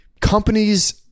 companies